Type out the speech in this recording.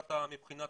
מבחינת התפוצה.